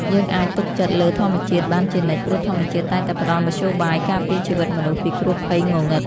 យើងអាចទុកចិត្តលើធម្មជាតិបានជានិច្ចព្រោះធម្មជាតិតែងតែផ្តល់មធ្យោបាយការពារជីវិតមនុស្សពីគ្រោះភ័យងងឹត។